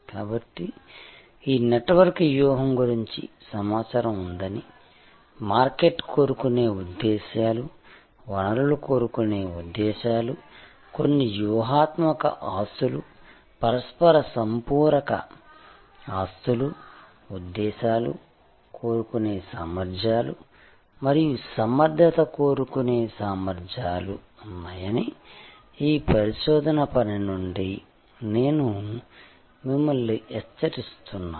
కాబట్టి ఈ నెట్వర్క్ వ్యూహం గురించి సమాచారం ఉందని మార్కెట్ కోరుకునే ఉద్దేశ్యాలు వనరులు కోరుకునే ఉద్దేశ్యాలు కొన్ని వ్యూహాత్మక ఆస్తులు పరస్పర సంపూరక ఆస్తులు ఉద్దేశ్యాలు కోరుకునే సామర్థ్యాలు మరియు సమర్థత కోరుకునే సామర్థ్యాలు ఉన్నాయని ఈ పరిశోధన పని నుండి నేను మిమ్మల్ని హెచ్చరిస్తున్నాను